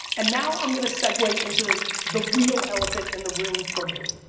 and now i'm going to segue into the the real elephant in the room for me.